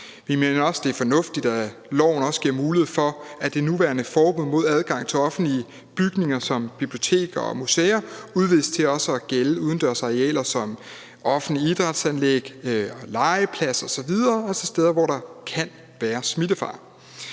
Vi mener også, det er fornuftigt, at loven også giver mulighed for, at det nuværende forbud mod adgang til offentlige bygninger som biblioteker og museer udvides til også at gælde udendørsarealer som offentlige idrætsanlæg, legepladser osv., altså steder, hvor der kan være smittefare.